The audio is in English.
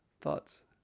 thoughts